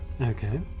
Okay